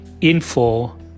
info